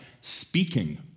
speaking